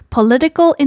Political